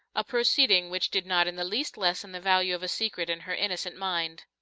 a proceeding which did not in the least lessen the value of a secret in her innocent mind.